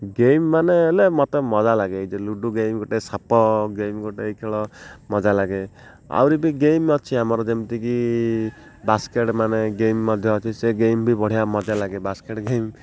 game ମାନେ ହେଲେ ମୋତେ ମଜା ଲାଗେ ଏଇ ଯେ ଲୁଡ଼ୁ ଗେମ୍ ଗୋଟେ ସାପ ଗେମ୍ ଗୋଟେ ଏଇ ଖେଳ ମଜା ଲାଗେ ଆହୁରି ବି ଗେମ୍ ଅଛି ଆମର ଯେମିତିକି ବାସ୍କେଟ୍ ମାନେ ଗେମ୍ ମଧ୍ୟ ଅଛି ସେ ଗେମ୍ ବି ବଢ଼ିଆ ମଜା ଲାଗେ ବାସ୍କେଟ୍ ଗେମ୍